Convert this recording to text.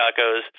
tacos